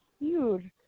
huge